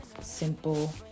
simple